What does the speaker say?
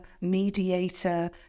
mediator